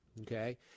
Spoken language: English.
okay